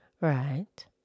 Right